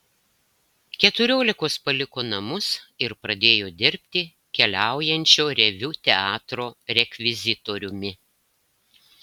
keturiolikos paliko namus ir pradėjo dirbti keliaujančio reviu teatro rekvizitoriumi